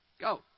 Go